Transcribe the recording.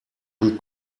und